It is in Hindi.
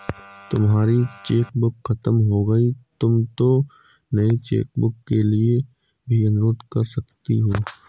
तुम्हारी चेकबुक खत्म हो गई तो तुम नई चेकबुक के लिए भी अनुरोध कर सकती हो